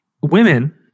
Women